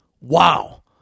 Wow